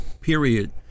period